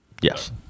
Yes